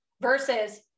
versus